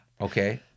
Okay